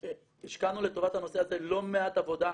השקענו לטובת הנושא הזה לא מעט עבודה,